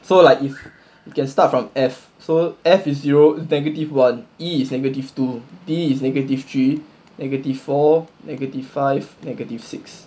so like if you can start from F so F is zero negative one E is negative two B is negative three negative four negative five negative six